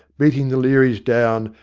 beating the learys down,